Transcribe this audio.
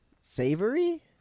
savory